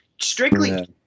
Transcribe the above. Strictly